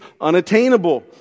unattainable